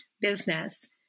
business